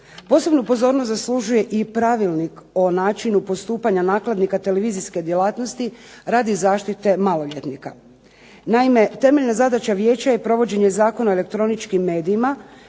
Posebnu pozornost zaslužuje i Pravilnik o načinu postupanja nakladnika televizijske djelatnosti radi zaštite maloljetnika. Naime, temeljna zadaća vijeća je provođenje Zakona o elektroničkim medijima